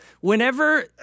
whenever